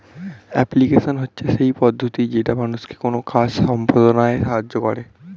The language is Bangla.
অ্যাপ্লিকেশন হচ্ছে সেই পদ্ধতি যেটা মানুষকে কোনো কাজ সম্পদনায় সাহায্য করে